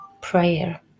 prayer